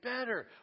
better